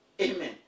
Amen